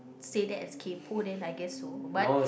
say that as kaypo that I guess so but